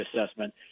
assessment